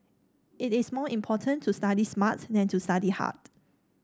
it is more important to study smart than to study hard